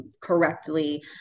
correctly